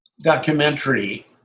documentary